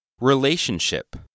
Relationship